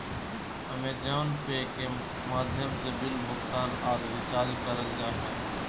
अमेज़ोने पे के माध्यम से बिल भुगतान आर रिचार्ज करल जा हय